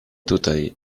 tutaj